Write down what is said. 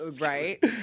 right